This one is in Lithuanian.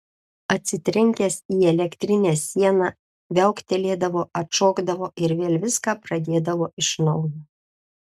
atsitrenkęs į elektrinę sieną viauktelėdavo atšokdavo ir vėl viską pradėdavo iš naujo